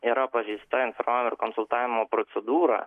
yra pažeista informavimo ir konsultavimo procedūra